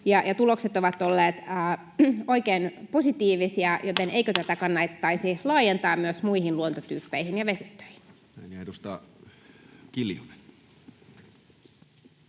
tulokset ovat olleet oikein positiivisia — joten eikö tätä kannattaisi laajentaa myös muihin luontotyyppeihin ja vesistöihin?